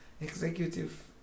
executive